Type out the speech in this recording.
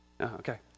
okay